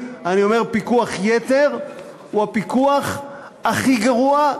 אני אומר: פיקוח יתר הוא הפיקוח הכי גרוע,